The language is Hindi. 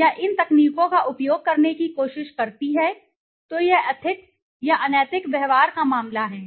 या इन तकनीकों का उपयोग करने की कोशिश करती है तो यह एथिक्स या अनैतिक व्यवहार का मामला है